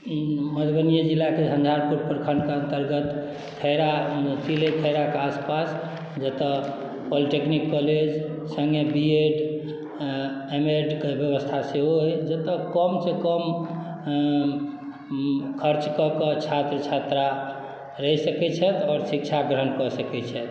मधुबनिए जिलाके झंझारपुर प्रखण्डके अन्तर्गत खैरा तिले खैराके आसपास जतय पोलिटेक्निक कॉलेज सङ्गे बी एड एम एड के व्यवस्था सेहो अइ जतय कमसँ कम खर्च कऽ कऽ छात्र छात्रा रहि सकैत छथि आओर शिक्षा ग्रहण कऽ सकैत छथि